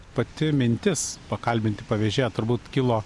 pati mintis pakalbinti pavėžėją turbūt kilo